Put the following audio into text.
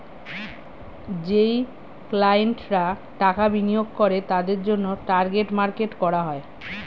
যেই ক্লায়েন্টরা টাকা বিনিয়োগ করে তাদের জন্যে টার্গেট মার্কেট করা হয়